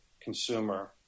consumer